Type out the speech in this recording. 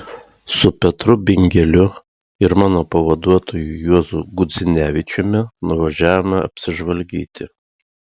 su petru bingeliu ir mano pavaduotoju juozu gudzinevičiumi nuvažiavome apsižvalgyti